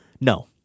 No